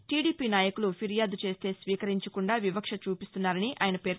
TDP నాయకులు ఫిర్యాదు చేస్తే స్వీకరించకుండా వివక్ష చూపిస్తున్నారని ఆయన పేర్కొన్నారు